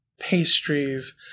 Pastries